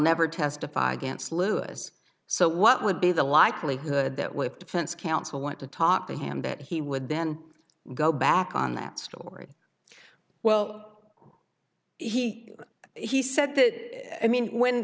never testified against lewis so what would be the likelihood that with defense counsel want to talk to him that he would then go back on that story well he he said that i mean when